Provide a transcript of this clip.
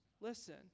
listen